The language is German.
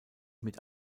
mit